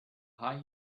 high